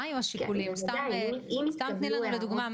מה היו השיקולים סתם תני לנו לדוגמא,